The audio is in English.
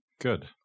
Good